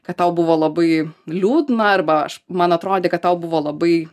kad tau buvo labai liūdna arba aš man atrodė kad tau buvo labai